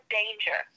danger